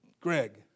Greg